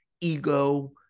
ego